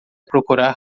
procurar